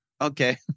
okay